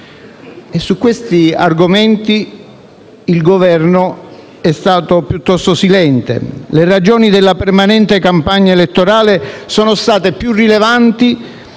su questi argomenti il Governo è stato piuttosto silente. Le ragioni della permanente campagna elettorale sono state più rilevanti